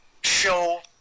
show